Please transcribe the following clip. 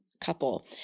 couple